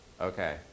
Okay